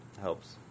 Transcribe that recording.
helps